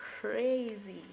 crazy